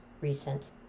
recent